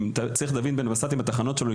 אם צריך דוד בן בסט עם התחנות שלו,